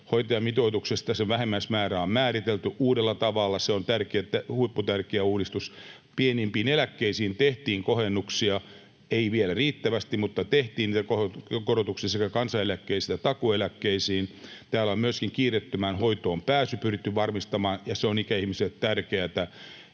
hoitajamitoituksen vähimmäismäärä on määritelty uudella tavalla. Se on huipputärkeä uudistus. Pienimpiin eläkkeisiin tehtiin kohennuksia. Ei vielä riittävästi, mutta korotuksia tehtiin sekä kansaneläkkeisiin että takuu-eläkkeisiin. Täällä on myöskin kiireettömään hoitoon pääsy pyritty varmistamaan, ja se on ikäihmisille tärkeätä.